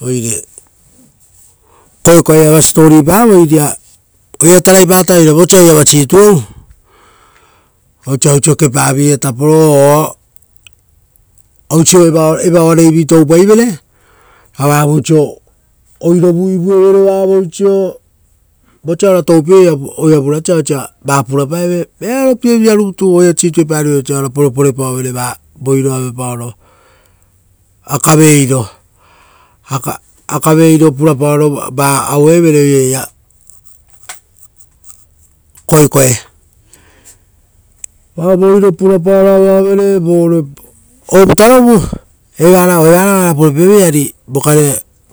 Oire koekoe iava siposipo pavoi. Oiraia tarai pataveira vosaairavarositueri osa oisio kepavia tapo o. Oisio evoarei ra vavoisio oirovu ivuevere vavoisio. Vosa ora toupieu oira vurasa osa va purapaeve, vearopievirarutu oirasitueparivere osia ora porepore paovere voiro avepaoro, akaveiroo, akave iroo purapaoro va auevere oira eira koekoe. Voiro purapaoro avaovere, una ovutarovu, evara oara purapaeveira, eari